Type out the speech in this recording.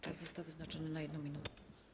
Czas został wyznaczony, to 1 minuta.